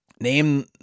Name